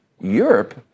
Europe